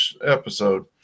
episode